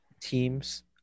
teams